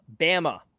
Bama